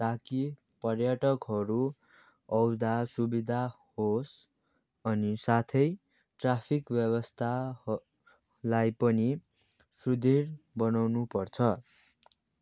ताकि पर्यटकहरू आउँदा सुविधा होस् अनि साथै ट्राफिक व्यवस्थालाई पनि सुदृढ बनाउनु पर्छ